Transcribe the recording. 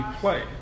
play